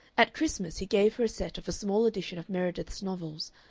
at christmas he gave her a set of a small edition of meredith's novels,